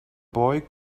boy